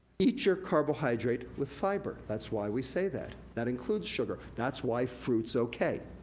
eat your carbohydrate with fiber, that's why we say that. that includes sugar, that's why fruit's okay.